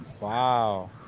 Wow